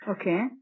Okay